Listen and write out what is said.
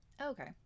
Okay